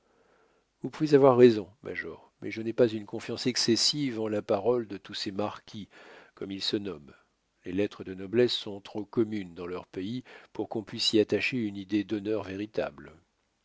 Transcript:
vous pouvez avoir raison major mais je n'ai pas une confiance excessive en la parole de tous ces marquis comme ils se nomment les lettres de noblesse sont trop communes dans leur pays pour qu'on puisse y attacher une idée d'honneur véritable